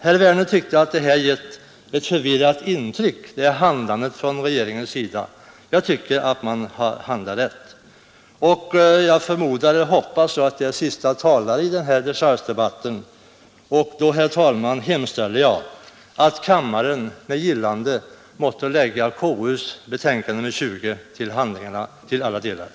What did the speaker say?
Herr Werner menade att regeringens handlande har gjort ett förvirrat intryck. Jag anser att den har handlat rätt. Jag hoppas att jag är siste talare i den här dechargedebatten, och jag hemställer, herr talman, att kammaren med gillande till alla delar måtte lägga konstitutionsutskottets betänkande nr 20 till handlingarna.